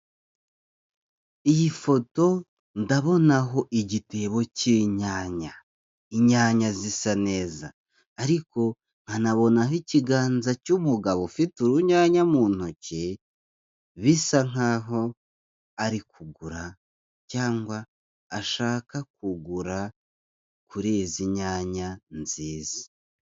Iyi foto ndabona aho igitebo c'inyanya, inyanya zisa neza, ariko nkanabonaho ikiganza cy'umugabo ufite urunyanya mu ntoki, bisa nk'aho ari kugura cyangwa ashaka kugura kuri izi nyanya nziza.